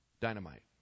dynamite